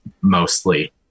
mostly